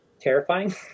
terrifying